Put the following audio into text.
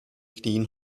knien